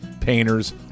painters